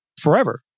forever